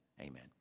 Amen